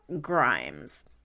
Grimes